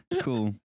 cool